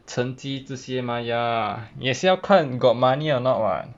成绩这些 mah ya 也是要看 got money or not [what]